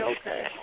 okay